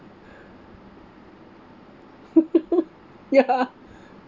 ya